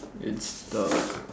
it's the